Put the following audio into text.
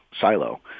silo